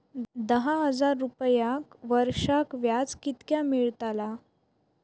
दहा हजार रुपयांक वर्षाक व्याज कितक्या मेलताला?